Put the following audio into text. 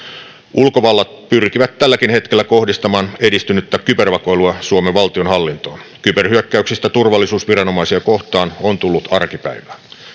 ulkovallat pyrkivät tälläkin hetkellä kohdistamaan edistynyttä kybervakoilua suomen valtionhallintoon kyberhyökkäyksistä turvallisuusviranomaisia kohtaan on tullut arkipäivää